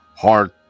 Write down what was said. Hard